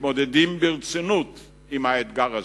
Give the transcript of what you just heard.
המתמודדים ברצינות עם האתגר הזה.